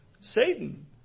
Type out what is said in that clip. Satan